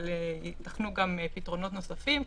אבל ייתכנו גם פתרונות נוספים,